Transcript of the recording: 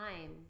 time